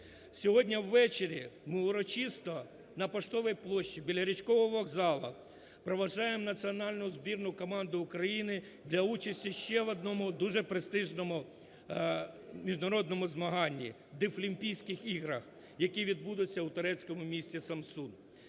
Сьогодні ввечері ми урочисто на Поштовій площі, біля Річкового вокзалу проважаємо Національну збірну команду України для участі ще в одному дуже престижному міжнародному змаганні Дефлімпійських іграх, які відбудуть ся у турецькому місті Самсун.